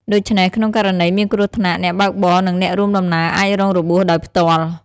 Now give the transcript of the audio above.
ដូច្នេះក្នុងករណីមានគ្រោះថ្នាក់ អ្នកបើកបរ និងអ្នករួមដំណើរអាចរងរបួសដោយផ្ទាល់។